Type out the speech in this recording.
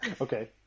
Okay